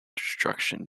destruction